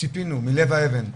ציפינו מלב האבן.